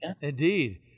indeed